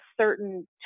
certain